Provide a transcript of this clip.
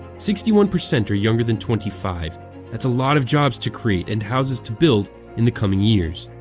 sixty one percent are younger than twenty five that's a lot of jobs to create and houses to build in the coming years.